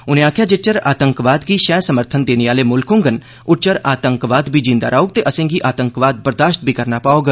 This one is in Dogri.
उनें आक्खेआ जे जिच्चर आतंकवाद गी शह समर्थन देने आले मुल्ख होंगन उच्चर आतंकवाद बी जींदा रौह्ग ते असेंगी आतंकवाद बर्दाश्त बी करना पौग